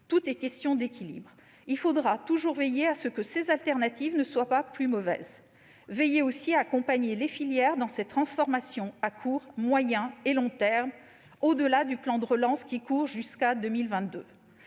Tout est question d'équilibre : il faudra toujours veiller à ce que ces alternatives ne soient pas plus mauvaises, mais aussi à accompagner les filières dans cette transformation à court, moyen et long terme, au-delà du plan de relance qui court jusqu'en 2022.